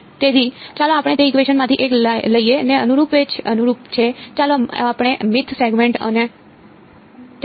તેથી ચાલો આપણે તે ઇકવેશન માંથી એક લઈએ જે અનુરૂપ છે ચાલો આપણે mth સેગમેન્ટ અને તેના મધ્યબિંદુને બરાબર કહીએ